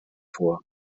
vor